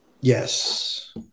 yes